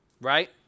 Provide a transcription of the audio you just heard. right